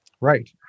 Right